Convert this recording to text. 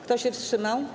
Kto się wstrzymał?